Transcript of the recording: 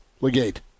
Legate